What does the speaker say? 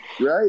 Right